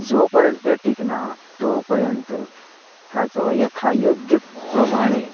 जो पर्यंत तें टिकना तो पर्यंत ताचो यथायोग्य प्रमाणें